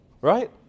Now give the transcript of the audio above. Right